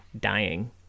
dying